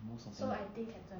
most of him